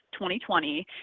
2020